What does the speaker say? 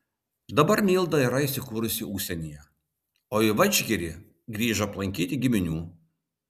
dabar milda yra įsikūrusi užsienyje o į vadžgirį grįžo aplankyti giminių